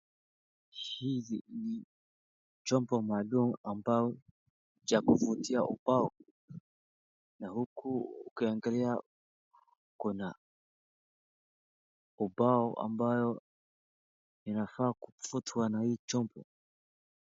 Hizi ni chombo maalum ambao cha kuvutia ubao na huku ukiangalia kuna ubao ambayo inafaa kufutwa na hii chombo.